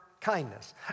kindness